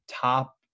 top